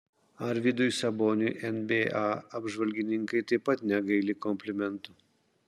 arvydui saboniui nba apžvalgininkai taip pat negaili komplimentų